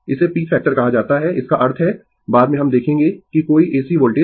इसे peak factor कहा जाता है इसका अर्थ है बाद में हम देखेंगें कि कोई AC वोल्टेज